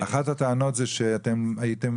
אחת הטענות זה שאתם הייתם,